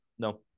no